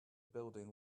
building